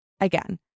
Again